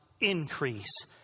Increase